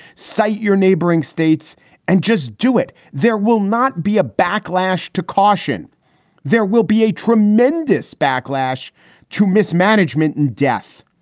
cite your neighboring states and just do it. there will not be a backlash to caution there will be a tremendous backlash to mismanagement and death.